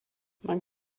man